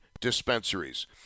dispensaries